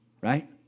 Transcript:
Right